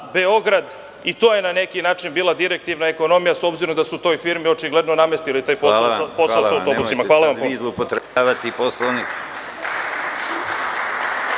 Beograd, i to je na neki način bila direktivna ekonomija, s obzirom da su u toj firmi očigledno namestili taj posao sa autobusima. Hvala vam. **Konstantin